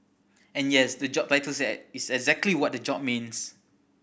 and yes the job battle said is exactly what the job means